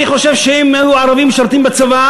אני חושב שאם ערבים היו משרתים בצבא